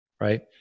right